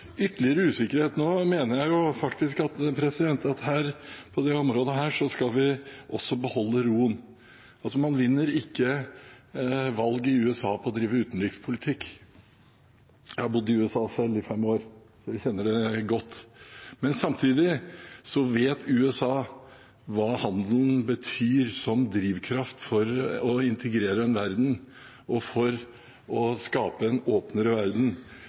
Jeg mener at også på dette området skal vi beholde roen. Man vinner ikke valg i USA på å drive utenrikspolitikk. Jeg har selv bodd i USA i fem år, så jeg kjenner landet godt. Samtidig vet USA hva handelen betyr som drivkraft for å integrere en verden og for å skape en åpnere verden,